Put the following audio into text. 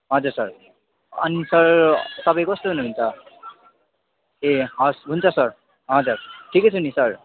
हजुर सर अनि सर तपाईँ कस्तो हुनुहुन्छ ए हवस् हुन्छ सर हजर ठिकै छु नि सर